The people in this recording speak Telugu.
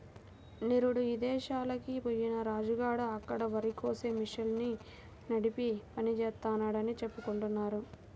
నిరుడు ఇదేశాలకి బొయ్యిన రాజు గాడు అక్కడ వరికోసే మిషన్ని నడిపే పని జేత్తన్నాడని చెప్పుకుంటున్నారు